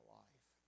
life